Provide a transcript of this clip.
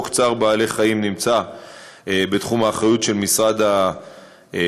חוק צער בעלי-חיים נמצא בתחום האחריות של משרד החקלאות,